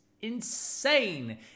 insane